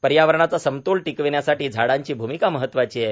पर्यावरणाचा समतोल टिकविण्यासाठी झाडांची भूमिका महत्वाची आहे